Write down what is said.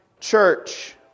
church